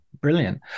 Brilliant